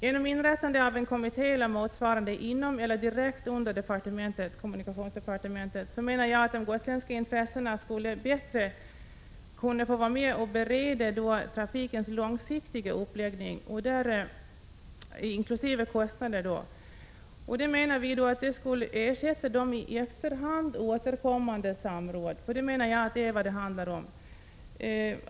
Om man inrättade en kommitté eller motsvarande inom eller direkt under kommunikationsdepartementet menar jag att de gotländska intressenterna på ett bättre sätt skulle kunna få delta i beredningen av trafikens långsiktiga uppläggning, inkl. kostnadsfrågor. Detta skulle ersätta i efterhand återkommande samråd — för jag menar att det är vad det handlar om.